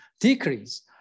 decrease